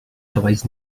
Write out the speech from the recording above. cavalls